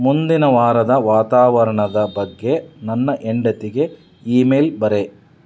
ಮುಂದಿನ ವಾರದ ವಾತಾವರಣದ ಬಗ್ಗೆ ನನ್ನ ಹೆಂಡತಿಗೆ ಇಮೇಲ್ ಬರೆ